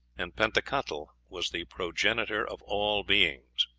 and pentecatl was the progenitor of all beings.